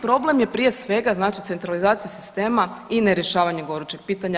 Problem je prije svega znači centralizacije sistema i nerješavanje gorućih pitanja.